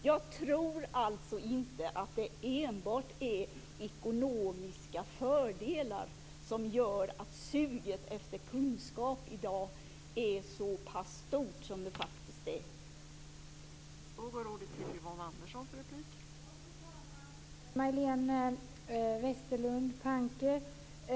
Jag tror alltså inte att det är enbart ekonomiska fördelar som gör att suget efter kunskap i dag är så pass stort som det faktiskt är.